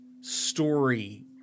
story